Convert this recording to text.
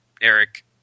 Eric